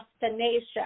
destination